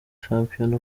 shampiyona